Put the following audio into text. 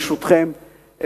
ברשותכם,